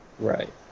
right